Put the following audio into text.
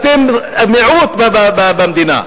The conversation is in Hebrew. אתם המיעוט במדינה.